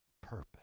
purpose